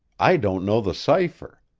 i don't know the cipher.